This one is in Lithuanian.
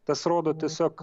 tas rodo tiesiog